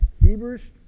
Hebrews